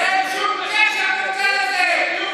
אין שום קשר בין צה"ל לזה.